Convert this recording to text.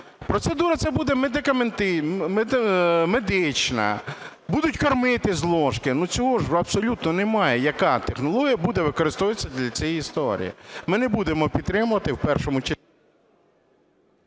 Процедура ця буде медична, будуть кормити з ложки. Ну, цього ж абсолютно немає, яка технологія буде використовуватись для цієї історії. Ми не будемо підтримувати в першому…